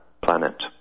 planet